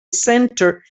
center